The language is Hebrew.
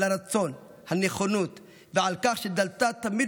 על הרצון והנכונות ועל כך שדלתה תמיד